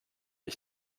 ich